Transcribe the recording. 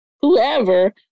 whoever